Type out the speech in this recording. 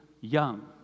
young